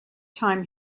time